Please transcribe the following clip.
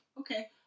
okay